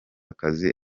akazi